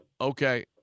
Okay